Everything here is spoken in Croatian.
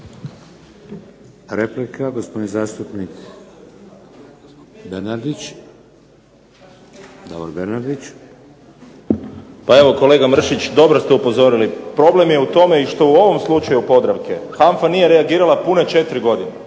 Replika, gospodin zastupnik Bernardić. **Bernardić, Davor (SDP)** Pa evo kolega Mršić dobro ste upozorili, problem je u tome i što u ovom slučaju Podravke HANFA nije reagirala pune 4 godine.